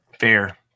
Fair